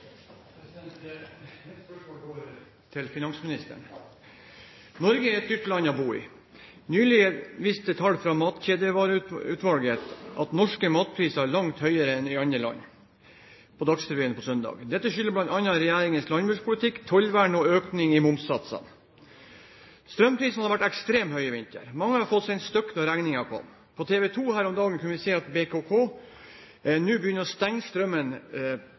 går til finansministeren. Norge er et dyrt land å bo i. Nylig viste tall fra Matkjedeutvalget at norske matpriser er langt høyere enn i andre land, kunne vi se på Dagsrevyen søndag. Dette skyldes bl.a. regjeringens landbrukspolitikk, tollvern og økning i momssatsene. Strømprisene har vært ekstremt høye i vinter. Mange har fått seg en støkk når regningen kom. På TV 2 kunne vi her om dagen se at BKK nå begynner å stenge strømmen